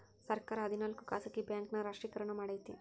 ಸರ್ಕಾರ ಹದಿನಾಲ್ಕು ಖಾಸಗಿ ಬ್ಯಾಂಕ್ ನ ರಾಷ್ಟ್ರೀಕರಣ ಮಾಡೈತಿ